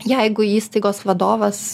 jeigu įstaigos vadovas